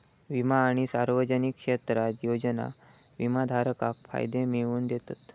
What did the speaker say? विमा आणि सार्वजनिक क्षेत्रातले योजना विमाधारकाक फायदे मिळवन दितत